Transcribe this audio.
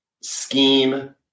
scheme